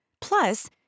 Plus